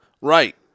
Right